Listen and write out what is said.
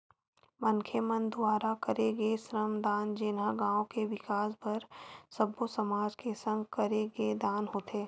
मनखे मन दुवारा करे गे श्रम दान जेनहा गाँव के बिकास बर सब्बो समाज के संग करे गे दान होथे